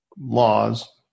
laws